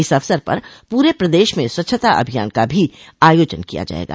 इस अवसर पर पूरे प्रदेश में स्वच्छता अभियान का भी आयोजन किया जायेगा